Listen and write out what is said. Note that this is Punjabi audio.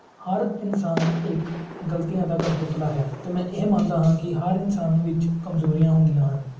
ਹਰ ਇਨਸਾਨ ਇੱਕ ਗਲਤੀਆਂ ਦਾ ਕਠਪੁਤਲਾ ਹੈ ਅਤੇ ਮੈਂ ਇਹ ਮੰਨਦਾ ਹਾਂ ਕਿ ਹਰ ਇਨਸਾਨ ਵਿੱਚ ਕਮਜ਼ੋਰੀਆਂ ਹੁੰਦੀਆਂ ਹਨ